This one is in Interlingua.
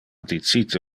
dicite